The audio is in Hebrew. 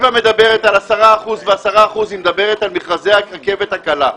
ן-10 אחוזים, היא מדברת על מכרזי הרכבת הקלה.